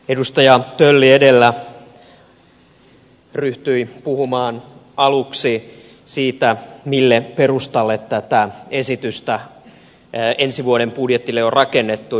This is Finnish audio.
edustaja tölli edellä ryhtyi puhumaan aluksi siitä mille perustalle tätä esitystä ensi vuoden budjetiksi on rakennettu